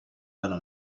dalla